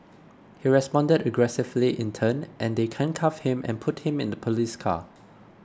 he responded aggressively in turn and they handcuffed him and put him in the police car